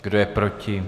Kdo je proti?